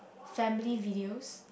family videos